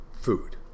food